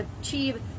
achieve